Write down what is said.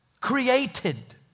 created